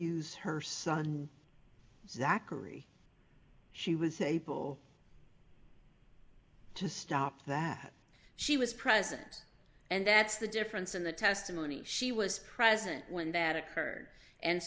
abuse her son zachary she was able to stop that she was present and that's the difference in the testimony she was present when that occurred and